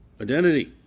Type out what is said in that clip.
identity